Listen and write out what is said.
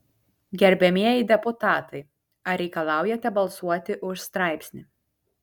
gerbiamieji deputatai ar reikalaujate balsuoti už straipsnį